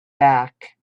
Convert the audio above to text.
back